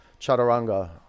chaturanga